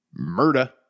MURDA